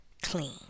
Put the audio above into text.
clean